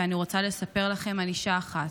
ואני רוצה לספר לכם על אישה אחת,